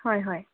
হয় হয়